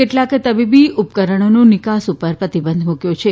કેટલાક તબીબી ઉપકરણોની નિકાસ ઉપર પ્રતિબંધ મુક્યો છે